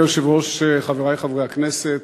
אדוני היושב-ראש, חברי חברי הכנסת,